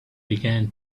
began